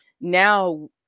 now